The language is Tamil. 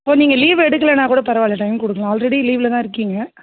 ஓ நீங்கள் லீவ் எடுக்கலைன்னா கூட பரவாயில்ல டைம் கொடுக்கலாம் ஆல்ரெடி லீவில் தான் இருக்கீங்க